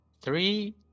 three